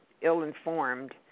ill-informed